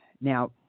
Now